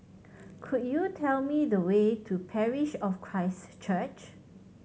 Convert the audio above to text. could you tell me the way to Parish of Christ Church